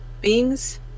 beings